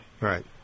Right